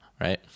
right